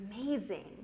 amazing